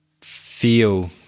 feel